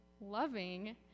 loving